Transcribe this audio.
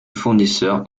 fournisseur